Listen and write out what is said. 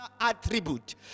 attribute